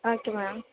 okay ma'am